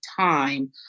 time